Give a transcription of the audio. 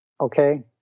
okay